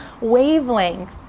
wavelength